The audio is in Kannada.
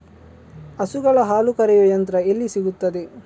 ಹಸುಗಳ ಹಾಲು ಕರೆಯುವ ಯಂತ್ರ ಎಲ್ಲಿ ಸಿಗುತ್ತದೆ?